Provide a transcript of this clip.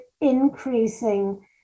increasing